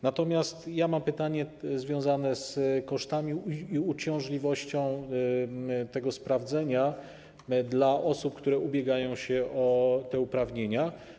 Natomiast ja mam pytanie związane z kosztami i uciążliwością procedury sprawdzenia dla osób, które ubiegają się o te uprawnienia.